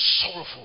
sorrowful